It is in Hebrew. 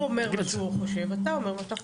הוא אומר את מה שהוא חושב ואתה אומר את מה שאתה חושב.